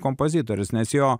kompozitorius nes jo